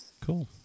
Cool